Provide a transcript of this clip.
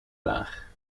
laag